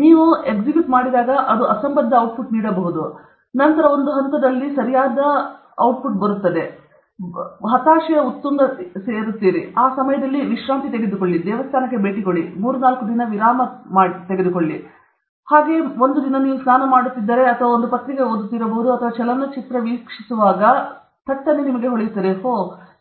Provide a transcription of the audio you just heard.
ನೀವು ಚಾಲನೆಯಲ್ಲಿರುವಾಗ ಅದು ಕಸವನ್ನು ನೀಡುತ್ತದೆ ನಂತರ ಒಂದು ಹಂತದಲ್ಲಿ ಬರುತ್ತದೆ ನಾನು ಎಲ್ಲವನ್ನೂ ಮಾಡಿದ್ದೇನೆ ಈ ಮೂರ್ಖ ಸಹಯೋಗಿ ಅವರು ಸರಿಯಾದ ಉತ್ತರವನ್ನು ನೀಡುತ್ತಿಲ್ಲ ಹತಾಶೆಯ ಉತ್ತುಂಗ ಆ ಸಮಯದಲ್ಲಿ ನೀವು ವಿಶ್ರಾಂತಿ ತೆಗೆದುಕೊಳ್ಳಿ ದೇವಸ್ಥಾನಕ್ಕೆ ಭೇಟಿ ಕೊಡಿ ಅಥವಾ ಮೂರು ನಾಲ್ಕು ದಿನಗಳ ವಿರಾಮ ತೆಗೆದುಕೊಳ್ಳಿ ನಂತರ ನೀವು ಸ್ನಾನ ಮಾಡುತ್ತಿದ್ದರೆ ಅಥವಾ ನೀವು ಪತ್ರಿಕೆ ಓದಬಹುದು ಅಥವಾ ನೀವು ಚಲನಚಿತ್ರವನ್ನು ವೀಕ್ಷಿಸುತ್ತಿರುವಾಗ ಓ